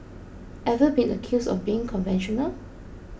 ever been accused of being conventional